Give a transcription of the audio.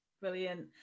Brilliant